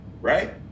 right